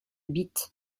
bits